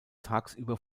tagsüber